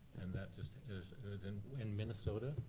and that just is in minnesota,